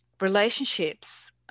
Relationships